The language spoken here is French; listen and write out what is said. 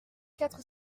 quatre